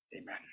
Amen